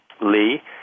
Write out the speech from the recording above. Lee